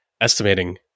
estimating